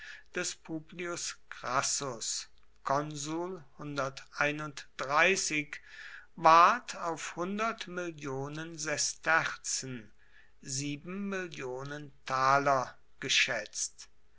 des publius crassus ward auf mill sesterzen geschätzt